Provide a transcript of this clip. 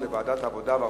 לדיון מוקדם בוועדת העבודה,